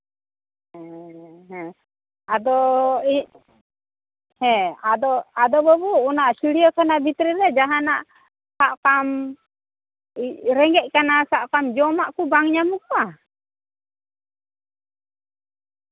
ᱦᱮᱸ ᱦᱮᱸ ᱟᱫᱚ ᱦᱮᱸ ᱟᱫᱚ ᱟᱫᱚ ᱵᱟᱵᱩ ᱚᱱᱟ ᱪᱤᱲᱤᱭᱟᱹᱠᱷᱟᱱᱟ ᱵᱷᱤᱛᱨᱤ ᱨᱮ ᱡᱟᱦᱟᱱᱟᱜ ᱥᱟᱵ ᱠᱟᱸᱜᱼᱢᱮ ᱨᱮᱸᱜᱮᱡ ᱠᱟᱱᱟ ᱥᱟᱵ ᱠᱟᱸᱜᱼᱢᱮ ᱡᱚᱢᱟᱜ ᱠᱚ ᱵᱟᱝ ᱧᱟᱢᱚᱜᱚᱜᱼᱟ